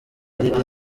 riri